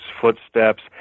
footsteps